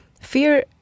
Fear